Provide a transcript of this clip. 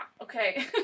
okay